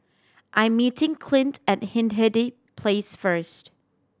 I meeting Clint at Hindhede Place first